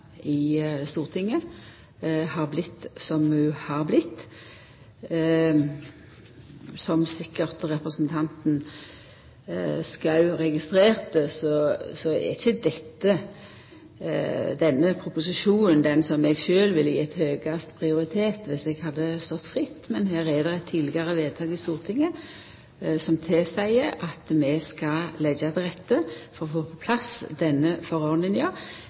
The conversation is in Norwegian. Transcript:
i Stortinget har vorte som det har vorte. Som representanten Schou sikkert registrerte, er ikkje denne proposisjonen den eg sjølv ville gjeve høgast prioritet dersom eg hadde stått fritt, men her er det eit tidlegare vedtak i Stortinget som tilseier at vi skal leggja til rette for å få på plass denne